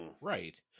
Right